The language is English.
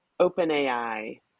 OpenAI